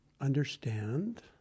understand